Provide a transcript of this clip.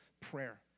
prayer